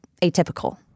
atypical